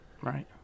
right